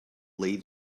lady